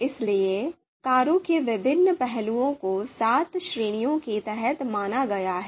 इसलिए कारों के विभिन्न पहलुओं को सात श्रेणियों के तहत माना गया है